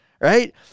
right